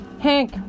Hank